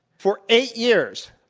for eight years,